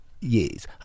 Yes